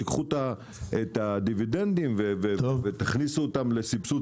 קחו את הדיבידנדים ותכניסו אותם לסבסוד